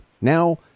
Now